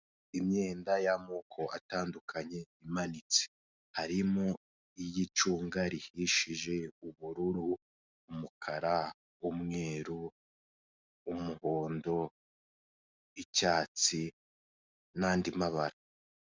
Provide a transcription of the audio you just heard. Imyenda y'amoko atandukanye imanitse, harimo iy'icunga rihishije, ubururu, umukara, umweru, umuhondo, icyatsi, n'andi mabara.